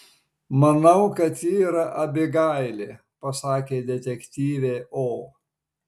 manau kad ji yra abigailė pasakė detektyvė o